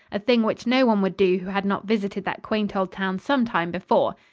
a thing which no one would do who had not visited that quaint old town some time before.